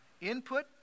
Input